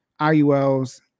IULs